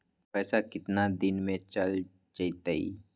पैसा कितना दिन में चल जतई?